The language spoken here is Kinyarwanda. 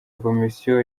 komisiyo